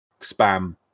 spam